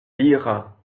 lira